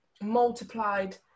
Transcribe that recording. multiplied